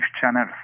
channels